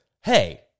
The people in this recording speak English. Hey